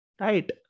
Right